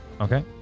Okay